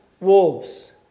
wolves